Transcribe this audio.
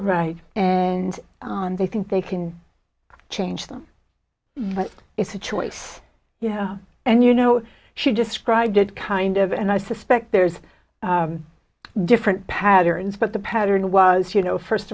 right and they think they can change them but it's a choice you know and you know she described it kind of and i suspect there's different patterns but the pattern was you know first